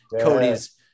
Cody's